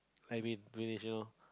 I mean loh